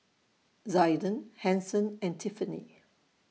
Zaiden Hanson and Tiffani